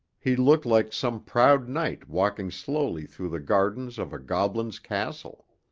he looked like some proud knight walking slowly through the gardens of a goblin's castle.